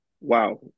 wow